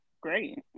great